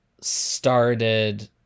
started